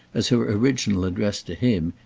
as her original address to him,